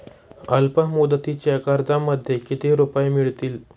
अल्पमुदतीच्या कर्जामध्ये किती रुपये मिळतील?